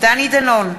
דני דנון,